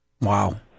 Wow